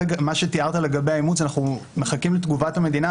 מה שתיארת לגבי האימוץ אנחנו מחכים לתגובת המדינה.